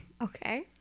Okay